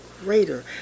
greater